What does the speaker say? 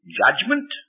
judgment